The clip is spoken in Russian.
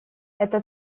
это